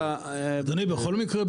בכל מקרה,